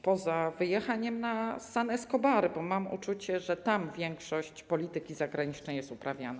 Poza wyjechaniem na San Escobar, bo mam uczucie, że tam większość polityki zagranicznej jest uprawiana.